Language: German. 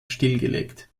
stillgelegt